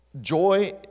Joy